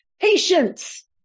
patience